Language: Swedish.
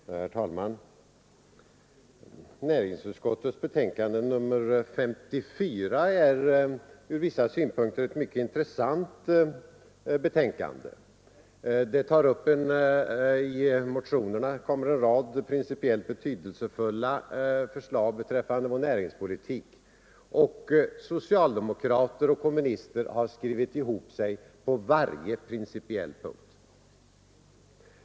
Herr talman! Näringsutskottets betänkande nr 54 är från vissa synpunkter mycket intressant. I motioner framförs en rad principiellt betydelsefulla förslag beträffande vår näringspolitik, och socialdemokrater och kommunister har skrivit ihop sig på varje principiell punkt.